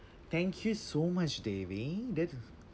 thank you so much devi that